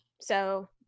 So-